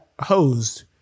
Hosed